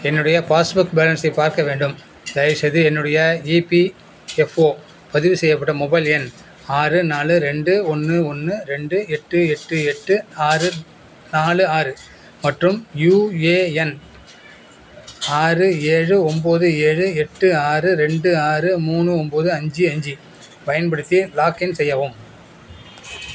என்னுடைய பாஸ்புக் பேலன்ஸை பார்க்க வேண்டும் தயவுசெய்து என்னுடைய இபிஎஃப்ஒ பதிவு செய்யப்பட்ட மொபைல் எண் ஆறு நாலு ரெண்டு ஒன்று ஒன்று ரெண்டு எட்டு எட்டு எட்டு ஆறு நாலு ஆறு மற்றும் யுஏஎன் ஆறு ஏழு ஒம்போது ஏழு எட்டு ஆறு ரெண்டு ஆறு மூணு ஒம்போது அஞ்சு அஞ்சு பயன்படுத்தி லாக்இன் செய்யவும்